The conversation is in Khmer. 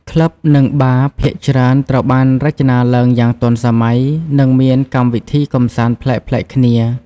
ក្លឹប និងបារភាគច្រើនត្រូវបានរចនាឡើងយ៉ាងទាន់សម័យ និងមានកម្មវិធីកម្សាន្តប្លែកៗគ្នា។